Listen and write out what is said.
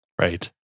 right